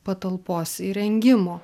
patalpos įrengimo